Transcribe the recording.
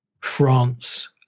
France